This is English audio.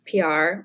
PR